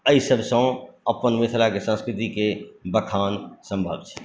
एहि सभसँ अपन मिथिलाके संस्कृतिके बखान सम्भव छै